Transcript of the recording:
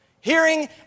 hearing